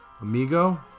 Amigo